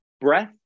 breath